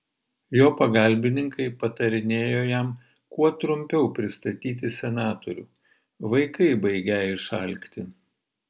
jo pagalbininkai patarinėjo jam kuo trumpiau pristatyti senatorių vaikai baigią išalkti